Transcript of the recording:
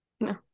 No